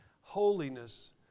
Holiness